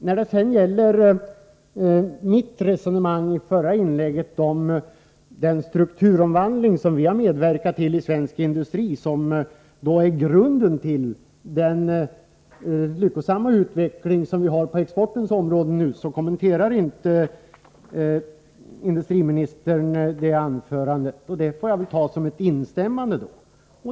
När det gäller resonemanget i mitt förra inlägg om den strukturomvandling av svensk industri som vi medverkat till och som är grunden till den lyckosamma utveckling som vi har på exportens område, så kommenterade industriministern inte denna del av mitt anförande. Det får jag väl då ta som ett instämmande.